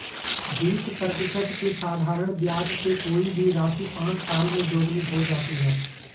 बीस प्रतिशत के साधारण ब्याज से कोई भी राशि पाँच साल में दोगुनी हो जाती है